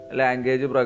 language